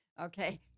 okay